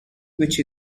which